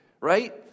right